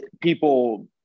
people